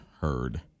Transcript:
heard